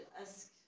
ask